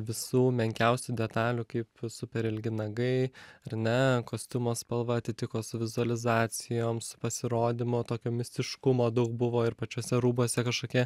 visų menkiausių detalių kaip super ilgi nagai ar ne kostiumo spalva atitiko vizualizacijom su pasirodymo tokio mistiškumo daug buvo ir pačiuose rūbuose kažkokie